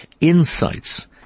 insights